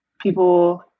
people